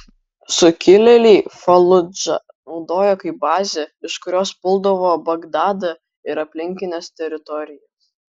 sukilėliai faludžą naudojo kaip bazę iš kurios puldavo bagdadą ir aplinkines teritorijas